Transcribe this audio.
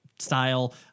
style